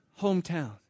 hometown